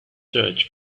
search